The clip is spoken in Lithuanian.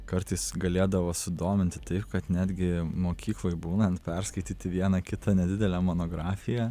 kartais galėdavo sudominti taip kad netgi mokykloj būnant perskaityti vieną kitą nedidelę monografiją